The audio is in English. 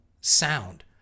sound